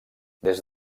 des